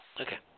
Okay